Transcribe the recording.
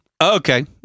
Okay